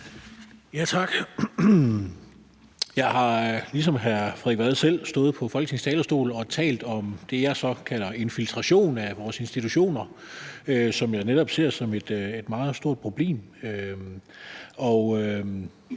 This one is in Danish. Tak. Jeg har ligesom hr. Frederik Vad selv stået på Folketingets talerstol og talt om det, jeg så kalder infiltration af vores institutioner, som jeg netop ser som et meget stort problem.